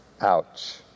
Ouch